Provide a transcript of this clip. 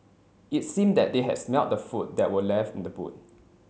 it seemed that they had smelt the food that were left in the boot